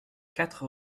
quatre